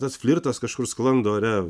tas flirtas kažkur sklando ore